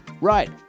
Right